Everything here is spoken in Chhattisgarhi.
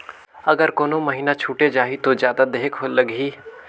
अगर कोनो महीना छुटे जाही तो जादा देहेक लगही?